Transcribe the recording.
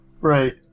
right